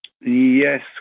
Yes